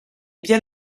bien